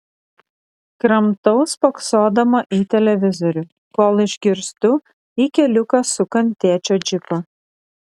kramtau spoksodama į televizorių kol išgirstu į keliuką sukant tėčio džipą